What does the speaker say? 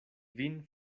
vin